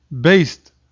based